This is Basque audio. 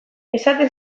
esaten